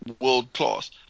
world-class